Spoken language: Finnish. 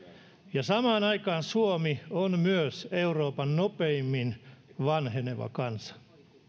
ja samaan aikaan suomi on myös euroopan nopeimmin vanheneva kansa